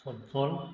football